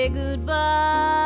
goodbye